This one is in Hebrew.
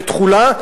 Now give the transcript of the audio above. ותחולה,